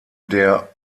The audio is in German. der